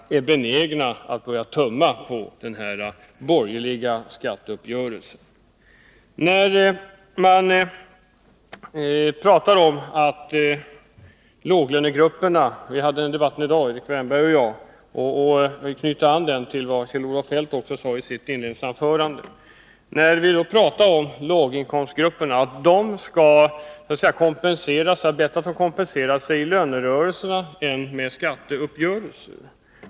är benägna att börja tumma på den borgerliga skatteuppgörelsen. När det gäller låglönegrupperna så hade Erik Wärnberg och jag en debatt i dag om detta. Vi knöt an till det som också Kjell-Olof Feldt talade om i sitt anförande. Vi sade att låginkomstgrupperna skall kompenseras och att de hade bett att få kompensera sig i lönerörelser i stället för i skatteuppgörelser.